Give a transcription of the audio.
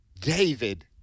David